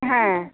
হ্যাঁ